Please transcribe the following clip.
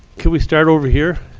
could we start over here?